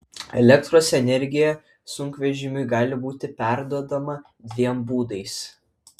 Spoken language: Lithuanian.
elektros energija sunkvežimiui gali būti perduodama dviem būdais